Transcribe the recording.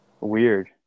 weird